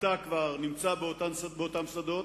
אתה כבר נמצא באותם שדות